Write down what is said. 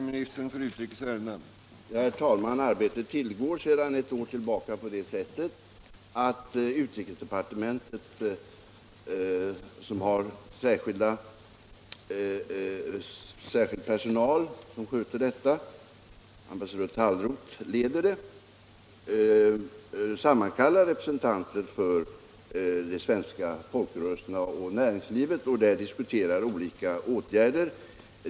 Herr talman! Arbetet tillgår sedan ett år tillbaka på det sättet att utrikesdepartementet, som har en särskild arbetsgrupp som sköter detta —- ambassadör Tallroth leder arbetet —, sammankallar representanter för de svenska folkrörelserna och näringslivet och med dem diskuterar olika åtgärder.